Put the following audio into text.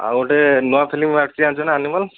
ଆଉ ଗୋଟେ ନୂଆ ଫିଲ୍ମ ବାହାରିଛି ଜାଣିଛୁ ନା ଆନିମଲ୍